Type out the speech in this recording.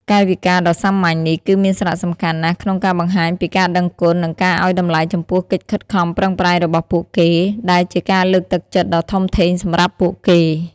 កាយវិការដ៏សាមញ្ញនេះ គឺមានសារៈសំខាន់ណាស់ក្នុងការបង្ហាញពីការដឹងគុណ និងការឱ្យតម្លៃចំពោះកិច្ចខិតខំប្រឹងប្រែងរបស់ពួកគេ ដែលជាការលើកទឹកចិត្តដ៏ធំធេងសម្រាប់ពួកគេ។